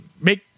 make